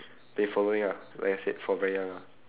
been following ah like I said from very young ah